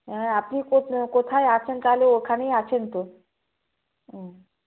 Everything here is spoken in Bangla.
হ্যাঁ আপনি কোথায় আছেন তাহলে ওখানেই আছেন তো হুম